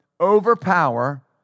overpower